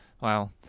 Wow